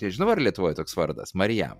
nežinau ar lietuvoj toks vardas marijam